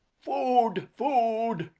food! food!